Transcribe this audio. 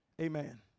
Amen